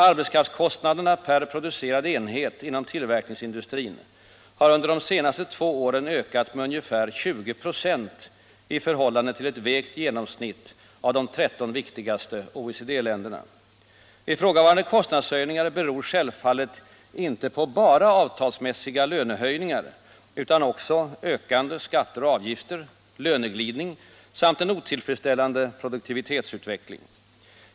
Arbetskraftskostnaderna per producerad enhet inom tillverkningsindustrin har under de senaste två åren ökat med ungefär 20 96 i förhållande till ett vägt genomsnitt av de 13 viktigaste OECD-länderna. Ifrågavarande kostnadshöjningar beror självfallet inte bara på avtalsmässiga lönehöjningar utan också på ökande skatter och avgifter, löneglidning samt en otillfredsställande produktivitetsutveckling.